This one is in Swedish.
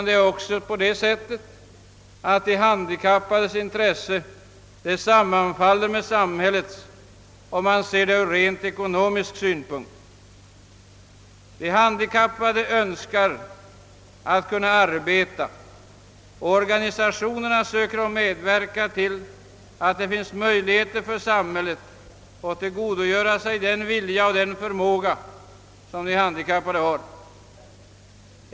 Det är också så att de handikappades intressen sammanfaller med samhällets, om man ser det ur rent ekonomisk synpunkt. De handikappade önskar kunna arbeta, och organisationerna söker medverka till att ge samhället möjligheter att tillgodogöra sig den vilja och den förmåga att arbeta som de handikappade har.